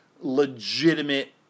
legitimate